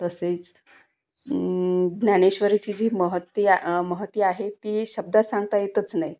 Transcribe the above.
तसेच ज्ञानेश्वरीची जी महती आ महती आहे ती शब्दात सांगता येतच नाही